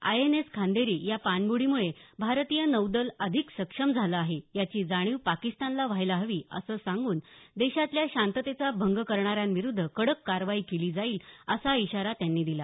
I N S Khanderi या पाणब्रडीमुळे भारतीय नौदल अधिक सक्षम झालं आहे याची जाणीव पाकिस्तानला व्हायला हवी असं सांगून देशातल्या शांततेचा भंग करणाऱ्यांविरुद्ध कडक कारवाई केली जाईल असा इशारा त्यांनी दिला